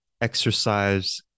exercise